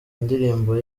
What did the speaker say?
ndirimbo